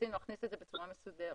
רצינו להכניס את זה בצורה מסודרת.